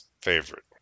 favorite